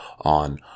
on